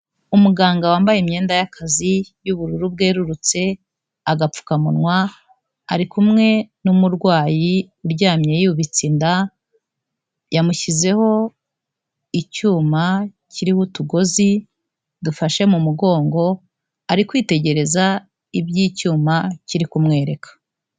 Umuganga wambaye imyenda y'akazi yubururu bwerurutse, agapfukamunwa, ari kumwe n'umurwayi uryamye yubitse inda, yamushyizeho icyuma kiririmo utugozi dufashe mu mugongo, ari kwitegereza iby'cyuma kiri kumwereka.